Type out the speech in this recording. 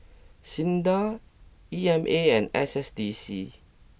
Sinda E M A and S S D C